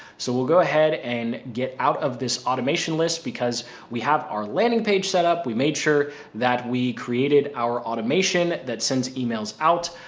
so we'll go ahead and get out of this automation list, because we have our landing page set up. we made sure that we created our automation that sends emails out.